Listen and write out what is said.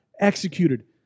executed